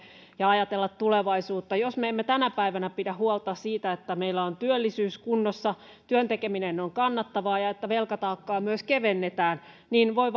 ja ajatella tulevaisuutta jos me emme tänä päivänä pidä huolta siitä että meillä on työllisyys kunnossa työn tekeminen on kannattavaa ja että velkataakkaa myös kevennetään niin voi